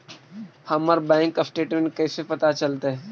हमर bank statement कैसे पता चलतै?